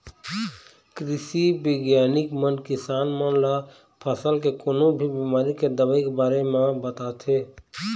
कृषि बिग्यानिक मन किसान मन ल फसल के कोनो भी बिमारी के दवई के बारे म बताथे